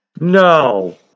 No